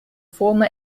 former